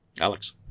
Alex